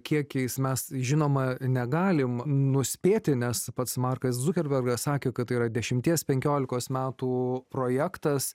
kiekiais mes žinoma negalim nuspėti nes pats markas zukerbergas sakė kad tai yra dešimties penkiolikos metų projektas